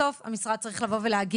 בסוף המשרד צריך להגיד: